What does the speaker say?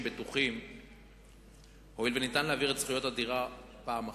בטוחים הואיל ואפשר להעביר את זכויות הדירה פעם אחת,